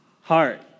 heart